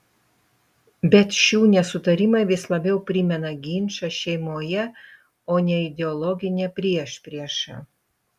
bet šių nesutarimai vis labiau primena ginčą šeimoje o ne ideologinę priešpriešą